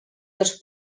dels